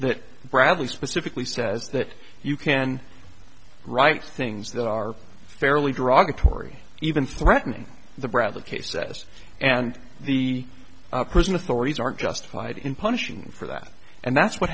that bradley specifically says that you can write things that are fairly derogatory even threatening the bradley case says and the prison authorities aren't justified in punishing him for that and that's what